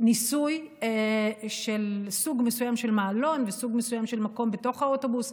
ניסוי של סוג מסוים של מעלון וסוג מסוים של מקום בתוך האוטובוס,